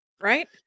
right